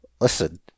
listen